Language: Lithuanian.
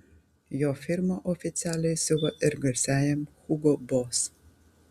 jo firma oficialiai siuva ir garsiajam hugo boss